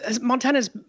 Montana's